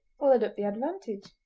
followed up the advantage.